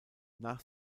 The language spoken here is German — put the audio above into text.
nach